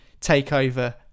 takeover